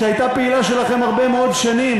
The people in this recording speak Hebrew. שהייתה פעילה שלכם הרבה מאוד שנים